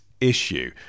issue